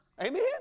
Amen